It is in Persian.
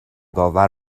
آور